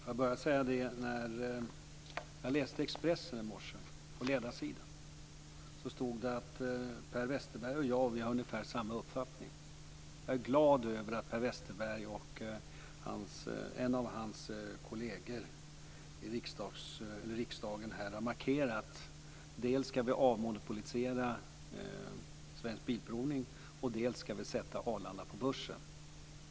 Fru talman! Jag läste ledarsidan i Expressen i morse. Där stod det att Per Westerberg och jag har ungefär uppfattning. Jag är glad över att Per Westerberg och en av hans kolleger här i riksdagen har markerat: Dels ska vi avmonopolisera Svensk Bilprovning, dels ska vi sätta Arlanda på börsen.